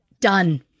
Done